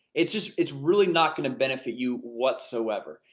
it's just, it's really not gonna benefit you whatsoever.